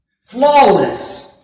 Flawless